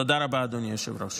תודה רבה, אדוני היושב-ראש.